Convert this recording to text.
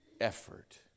Effort